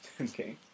Okay